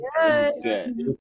Good